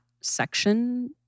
section –